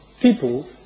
people